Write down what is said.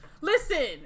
Listen